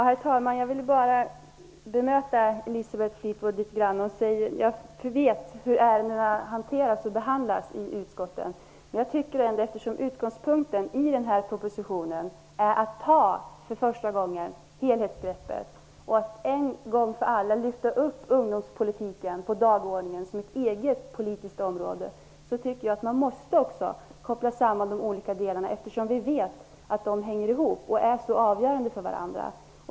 Herr talman! Jag vill bara bemöta Elisabeth Fleetwood litet grand. Jag vet hur ärendena hanteras och behandlas i utskotten. Eftersom utgångspunkten i den här propositionen är att för första gången ta helhetsgreppet och att en gång för alla lyfta upp ungdomspolitiken på dagordningen som ett eget politiskt område tycker jag att man också måste koppla samman de olika delarna. Vi vet ju att de hänger ihop och är så avgörande för varandra.